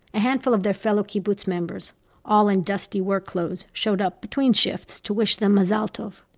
a handful of their fellow kibbutz members all in dusty work clothes showed up between shifts to wish them mazal tov.